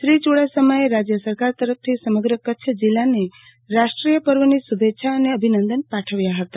શ્રી ચુડાસમાએ રાજ્ય સરકાર તરફથી સમગ્ર કચ્છ જિલ્લાને રાષ્ટ્રીય પર્વની શુભેચ્છા અને અભિનંદન પાઠવ્યા હતા